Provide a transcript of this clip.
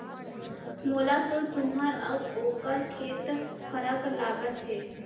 मोला तो तुंहर अउ ओकर खेत फरक लागत हे